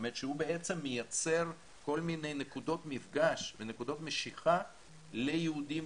שהוא מייצר כל מיני נקודת מפגש ונקודות משיכה ליהודים,